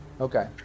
Okay